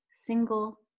single